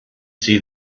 see